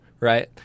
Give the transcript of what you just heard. Right